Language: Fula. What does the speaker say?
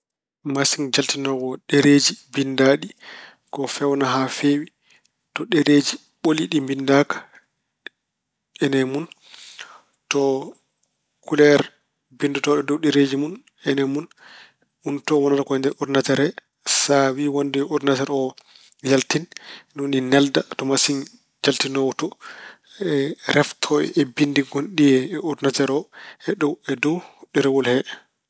Masiŋ jaltinoowo ɗereeji binndaaɗi ko feewna haa feewi. To ɗereeji ɓoli ɗi binndaaka ine mun. To kuleer binndotooɗoo e dow ɗereeji mun, ene mun. Ɗum to wonata ko e nder ordinateer he. Sa wiy wonde yo ordinateer o yaltin, ne woni nelda to masiŋ jaltinoowo to <> reftoo e binndi ngonɗi e ordinateer o, e dow ɗerewol he.